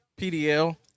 pdl